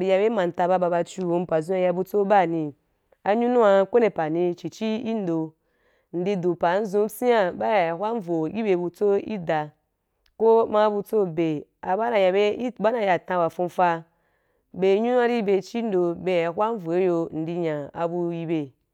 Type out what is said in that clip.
i ya be manta ba ba chuwom pa zum wa i ya butso baani anyunua ko i wende pa ani í chichi ki ndo ndi du pa ndzun i da ko ma butso be ba na ya i ba wa na ya tan wa fuufa be nyunua ri be chi ndo be hwan vo i yo ndi ya nya abu wa wa bu yi be.